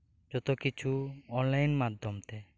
ᱡᱚᱛᱚᱠᱤᱪᱷᱩ online ᱢᱟᱫᱷᱚᱢ ᱛᱮ